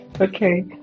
okay